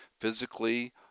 physically